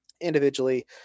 individually